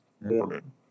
morning